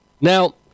Now